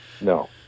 No